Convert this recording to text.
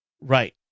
Right